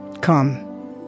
Come